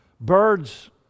Birds